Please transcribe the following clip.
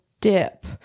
dip